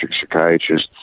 psychiatrist